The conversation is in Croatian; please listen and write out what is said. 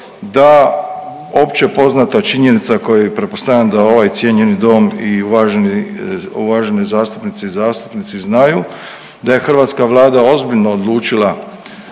da opće poznata činjenica koja i pretpostavljam da ovaj cijenjeni dom i uvaženi, uvažene zastupnice i zastupnici znaju da je hrvatska Vlada ozbiljno odlučila